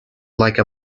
like